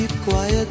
quiet